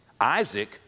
Isaac